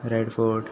red fort